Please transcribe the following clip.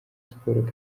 sports